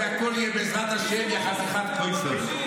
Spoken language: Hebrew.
זה הכול יהיה בעזרת השם, יא חתיכת כופר.